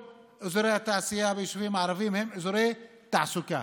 כל אזורי התעשייה ביישובים הערביים הם אזורי תעסוקה,